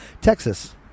Texas